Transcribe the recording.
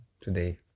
today